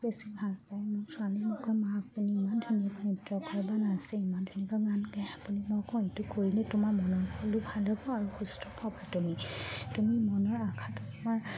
বেছি ভাল পায় মোৰ ছোৱালীয়ে মোক কয় মা আপুনি ইমান ধুনীয়াকৈ নৃত্য কৰে বা নাচে ইমান ধুনীয়াকৈ গান গাই আপুনি মই কওঁ সেইটো কৰিলে তোমাৰ মনৰ সকলো ভাল হ'ব আৰু সুস্থ হ'ব তুমি তুমি মনৰ আশাটো তোমাৰ